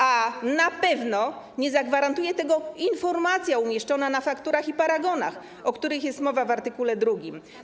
A na pewno nie zagwarantuje tego informacja umieszczona na fakturach i paragonach, o których jest mowa w art. 2.